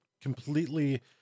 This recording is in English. completely